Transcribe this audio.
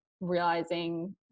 realizing